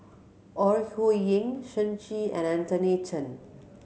Ore Huiying Shen Xi and Anthony Chen